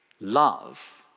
love